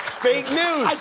fake news!